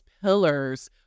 pillars